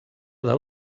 del